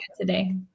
today